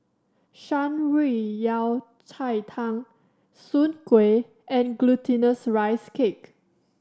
Shan Rui Yao Cai Tang soon kway and Glutinous Rice Cake